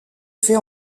fait